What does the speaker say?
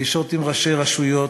פגישות עם ראשי רשויות,